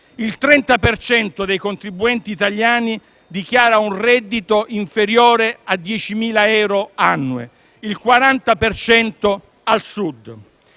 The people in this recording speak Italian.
cento dei contribuenti italiani dichiara un reddito inferiore a 10.000 euro annui, il 40 per